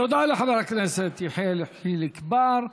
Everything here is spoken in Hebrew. תודה לחבר הכנסת יחיאל חיליק בר.